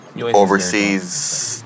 overseas